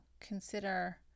consider